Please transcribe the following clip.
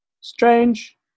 strange